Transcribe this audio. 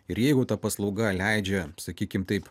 ir jeigu ta paslauga leidžia sakykim taip